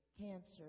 Cancer